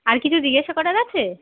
আর কিছু জিজ্ঞাসা করার আছে